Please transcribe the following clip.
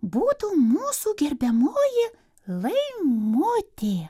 būtų mūsų gerbiamoji laimutė